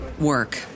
work